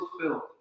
fulfilled